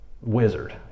wizard